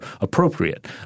appropriate